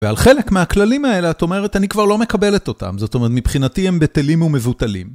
ועל חלק מהכללים האלה, את אומרת, אני כבר לא מקבלת אותם. זאת אומרת, מבחינתי הם בטלים ומבוטלים.